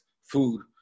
food